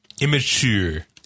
Immature